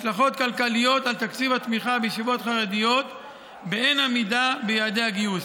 השלכות כלכליות על תקציב התמיכה בישיבות חרדיות באין עמידה ביעדי הגיוס.